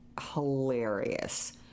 hilarious